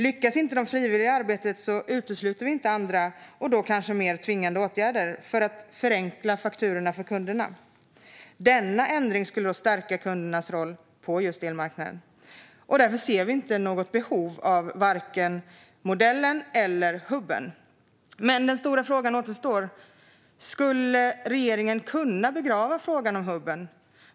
Lyckas inte det frivilliga arbetet utesluter vi inte andra och då kanske mer tvingande åtgärder för att förenkla fakturorna för kunderna. Denna ändring skulle stärka kundernas roll på elmarknaden. Vi ser därför inte något behov av vare sig modellen eller hubben. Men den stora frågan återstår. Skulle regeringen kunna begrava frågan om hubben?